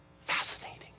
Fascinating